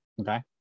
Okay